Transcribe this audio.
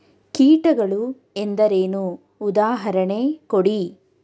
ಕೀಟಗಳು ಎಂದರೇನು? ಉದಾಹರಣೆ ಕೊಡಿ?